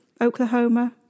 Oklahoma